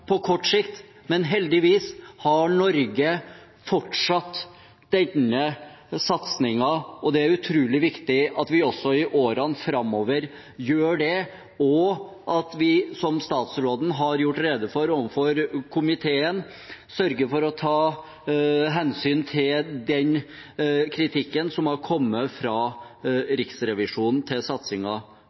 på kort sikt, men heldigvis har Norge fortsatt denne satsingen. Det er utrolig viktig at vi også i årene framover gjør det, og at vi, som statsråden har gjort rede for overfor komiteen, sørger for å ta hensyn til den kritikken som har kommet fra Riksrevisjonen til